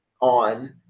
on